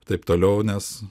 taip toliau nes